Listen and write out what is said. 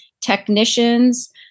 technicians